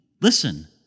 listen